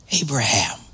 Abraham